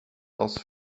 als